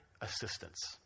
assistance